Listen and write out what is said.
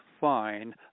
fine